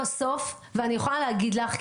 אני יכולה להגיד לך,